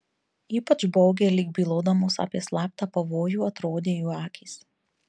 ypač baugiai lyg bylodamos apie slaptą pavojų atrodė jų akys